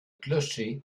clocher